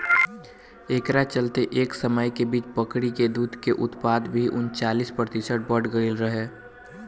एकरा चलते एह समय के बीच में बकरी के दूध के उत्पादन भी उनचालीस प्रतिशत बड़ गईल रहे